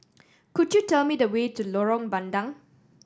could you tell me the way to Lorong Bandang